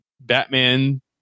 Batman